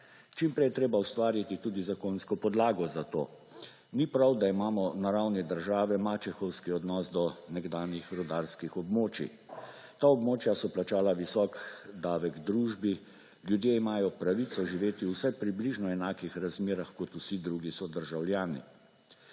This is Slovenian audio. čim prej je treba ustvariti tudi zakonsko podlago za to. Ni prav, da imamo na ravni države mačehovski odnos do nekdanjih rudarskih območij. Ta območja so plačala visok davek družbi, ljudje imajo pravico živeti v vsaj približno enakih razmerah kot vsi drugi sodržavljani.